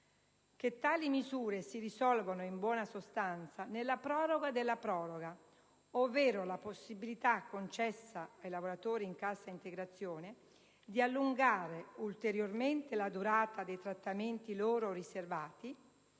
che tali misure si risolvono, in buona sostanza, nella proroga della proroga, ovvero nella possibilità concessa ai lavoratori in cassa integrazione di allungare ulteriormente la durata dei trattamenti loro riservati